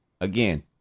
again